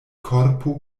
korpo